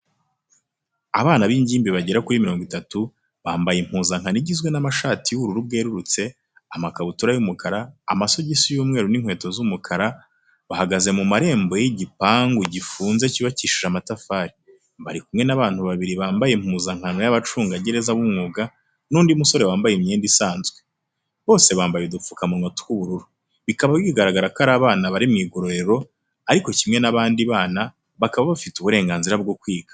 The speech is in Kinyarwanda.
Abana b'ingimbi bagera kuri mirongo itatu, bambaye impuzankano igizwe n'amashati y'ubururu bwerurutse, amakabutura y'umukara, amasogisi y'umweru n'inkweto z'umukara, bahagaze mu marembo y'igipangu gifunze cyubakishije amatafari. Bari kumwe n'abantu babiri bambaye impuzankano y'abacungagereza b'umwuga, n'undi musore wambaye imyenda isanzwe. Bose bambaye udupfukamunwa tw'ubururu. Bikaba bigaragara ko ari abana bari mu igororero, ariko kimwe n'abandi bana, bakaba bafite uburenganzira bwo kwiga.